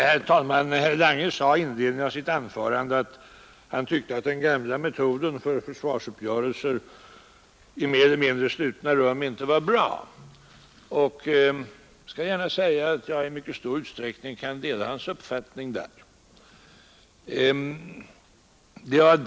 Herr talman! Herr Lange sade i inledningen till sitt anförande att han tyckte att den gamla metoden för försvarsuppgörelser i mer eller mindre slutna rum inte var bra. Jag skall gärna säga att jag i mycket stor utsträckning delar hans uppfattning på den punkten.